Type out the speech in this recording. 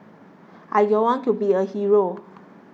I don't want to be a hero